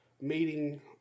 meeting